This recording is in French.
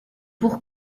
pour